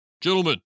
gentlemen